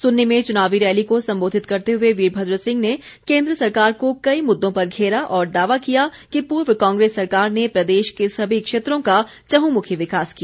सुन्नी में चुनावी रैली को संबोधित करते हुए वीरभद्र सिंह ने केन्द्र सरकार को कई मुददों पर घेरा और दावा किया कि पूर्व कांग्रेस सरकार ने प्रदेश के सभी क्षेत्रों का चहुंमुखी विकास किया